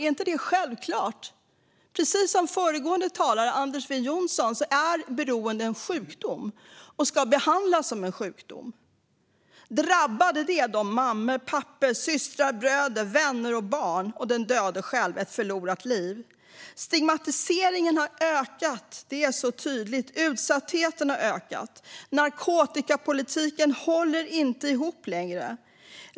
Är inte det självklart? Precis som föregående talare, Anders W Jonsson, sa är beroende en sjukdom och ska behandlas som en sjukdom. För drabbade mammor, pappor, systrar, bröder, vänner och barn och den döde själv är det ett förlorat liv. Det är så tydligt att stigmatiseringen och utsattheten har ökat. Narkotikapolitiken håller inte ihop längre.